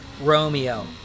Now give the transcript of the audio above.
Romeo